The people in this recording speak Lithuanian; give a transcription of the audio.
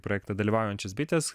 projektą dalyvaujančios bitės